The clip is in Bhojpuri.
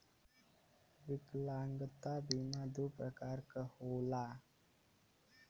विकलागंता बीमा दू प्रकार क होला